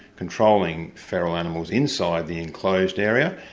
controlling feral animals inside the enclosed area,